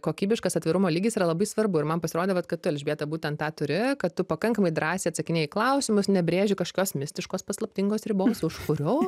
kokybiškas atvirumo lygis yra labai svarbu ir man pasirodė vat kad tu elžbieta būtent tą turi kad tu pakankamai drąsiai atsakinėji klausimus nebrėži kažkokios mistiškos paslaptingos ribos už kurio